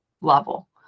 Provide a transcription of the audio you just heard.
level